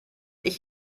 ich